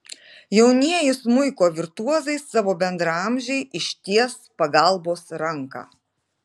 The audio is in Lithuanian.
jaunieji smuiko virtuozai savo bendraamžei išties pagalbos ranką